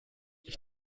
ich